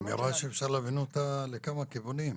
זו אמירה שאפשר להבין אותה לכמה כיוונים,